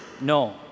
No